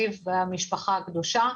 זיו והמשפחה הקדושה.